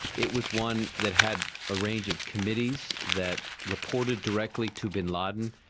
it was one that had a range of committees that reported directly to bin laden,